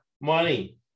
Money